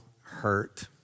hurt